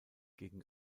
gegen